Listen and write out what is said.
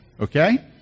Okay